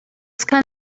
kind